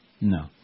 No